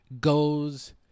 goes